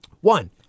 One